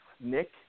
Nick